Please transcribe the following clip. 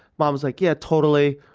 mom's like, yeah, totally.